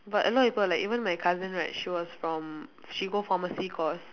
but a lot of people like even my cousin right she was from she go pharmacy course